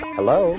Hello